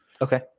Okay